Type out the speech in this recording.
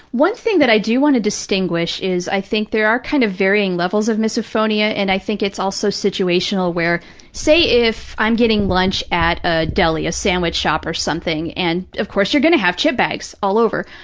one thing that i do want to distinguish is, i think there are kind of varying levels of misophonia, and i think it's also situational, where say if i'm getting lunch at a deli, a sandwich shop or something, and of course you're going to have chip bags all over.